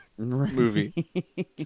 movie